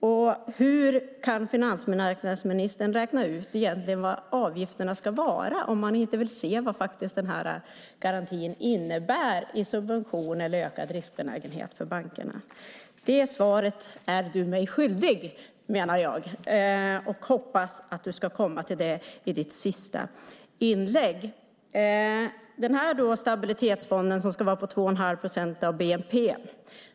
Och hur kan finansmarknadsministern egentligen räkna ut vad avgifterna ska vara om han inte vill se vad garantin innebär i subvention eller ökad riskbenägenhet för bankerna? Det svaret är du mig skyldig, menar jag, och hoppas att du ska ge mig det i ditt sista inlägg. Stabilitetsfonden ska vara 2,5 procent av bnp.